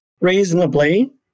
Reasonably